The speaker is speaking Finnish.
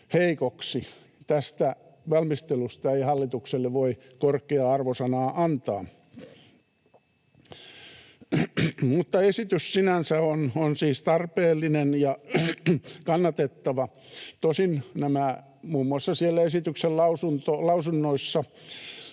Tästä valmistelusta ei hallitukselle voi korkeaa arvosanaa antaa, mutta esitys sinänsä on siis tarpeellinen ja kannatettava. Tosin nämä muun muassa siellä esityksen lausunnoissa